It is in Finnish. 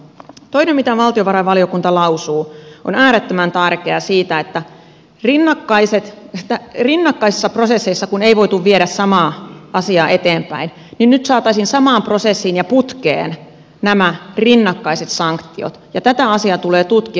toinen mitä valtiovarainvaliokunta lausuu ja se on äärettömän tärkeää on se että kun rinnakkaisissa prosesseissa ei voitu viedä samaa asiaa eteenpäin niin nyt saataisiin samaan prosessiin ja putkeen nämä rinnakkaiset sanktiot ja tätä asiaa tulee tutkia